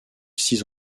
six